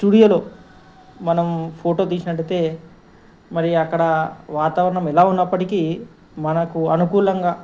స్టూడియోలో మనం ఫోటో తీసినట్టయితే మరి అక్కడ వాతావరణం ఎలా ఉన్నప్పటికీ మనకు అనుకూలంగా